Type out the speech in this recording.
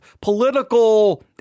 political